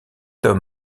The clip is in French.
tom